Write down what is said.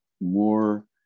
more